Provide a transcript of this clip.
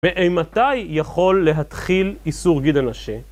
מאימתי יכול להתחיל איסור גיד הנשה?